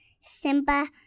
Simba